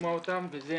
לשמוע אותם וזה,